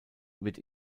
wird